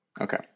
Okay